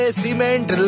cement